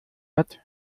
hat